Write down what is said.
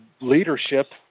leadership